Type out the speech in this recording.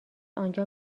آنجا